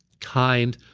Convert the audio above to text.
kind,